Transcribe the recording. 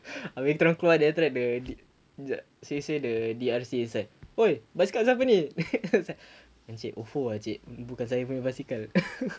habis dia orang keluar then after that the suay suay the R_C is like !oi! bicycle siapa ni then I was like encik encik bukan saya punya bicycle